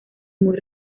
muy